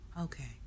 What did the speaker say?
Okay